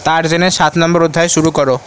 টারজানের সাত নম্বর অধ্যায় শুরু করো